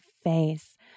face